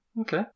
Okay